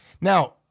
Now